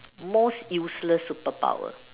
most useless superpower